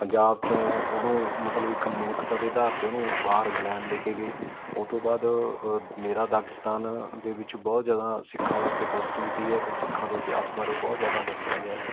ਪੰਜਾਬ 'ਚੋਂ ਉਹਨੂੰ ਮਤਲਬ ਇੱਕ ਮੂਰਖ਼ਤਾ ਦੇ ਆਧਾਰ 'ਤੇ ਉਹਨੂੰ ਬਾਹਰ ਇੰਗਲੈਂਡ ਲੈ ਕੇ ਗਏ ਉਹ ਤੋਂ ਬਾਅਦ ਮੇਰਾ ਦਾਗ਼ਿਸਤਾਨ ਦੇ ਵਿੱਚ ਬਹੁਤ ਜ਼ਿਆਦਾ ਸਿੱਖਾਂ ਵਾਸਤੇ ਪੋਜ਼ੀਟੀਵਿਟੀ ਹੈ ਅਤੇ ਸਿੱਖਾਂ ਦੇ ਇਤਿਹਾਸ ਬਾਰੇ ਬਹੁਤ ਜ਼ਿਆਦਾ ਦੱਸਿਆ ਗਿਆ ਹੈ